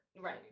Right